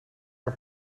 een